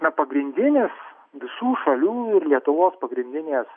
na pagrindinės visų šalių ir lietuvos pagrindinės